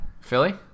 Philly